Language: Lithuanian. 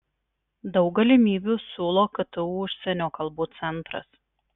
daug galimybių siūlo ktu užsienio kalbų centras